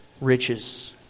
Riches